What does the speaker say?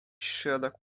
środek